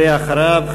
ואחריו,